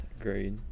Great